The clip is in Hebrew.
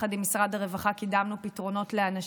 יחד עם משרד הרווחה קידמנו פתרונות לאנשים.